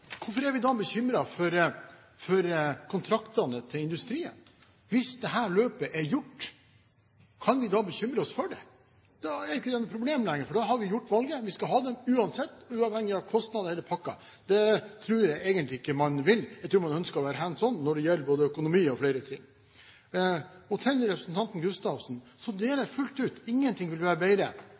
Hvorfor er vi da bekymret for kontraktene til industrien? Hvis dette løpet er gjort, kan vi da bekymre oss for det? Da er det ikke noe problem lenger, for da har vi gjort valget: Vi skal ha dem uansett, uavhengig av kostnader og hele pakka. Det tror jeg egentlig ikke man vil. Jeg tror man ønsker å være hands on når det gjelder både økonomi og flere ting. Til representanten Gustavsen: Ingenting ville vært bedre